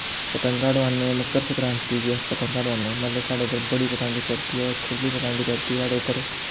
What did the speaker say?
पतंगां डोआनें मक्कर संकरांती गी पतंगा डोआनें साढ़े इद्धर बड़ी पतंग चढ़दी ऐ खु'ल्ली पतंग चढ़दी ऐ साढ़े इद्धर